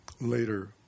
Later